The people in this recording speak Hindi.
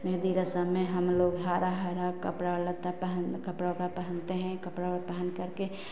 मेहँदी रस्म में हमलोग हरा हरा कपड़ा लत्ता पहन कपड़ा उपड़ा पहनते हैं कपड़ा उपड़ा पहन करके